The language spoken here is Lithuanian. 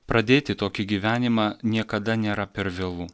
pradėti tokį gyvenimą niekada nėra per vėlu